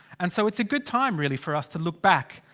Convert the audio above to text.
and so it's a good time really for us to look back.